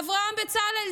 אברהם בצלאל,